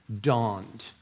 dawned